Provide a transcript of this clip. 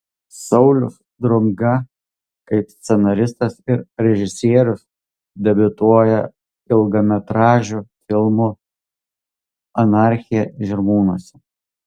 saulius drunga kaip scenaristas ir režisierius debiutuoja ilgametražiu filmu anarchija žirmūnuose